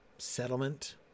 settlement